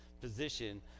position